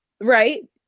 Right